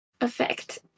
effect